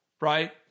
right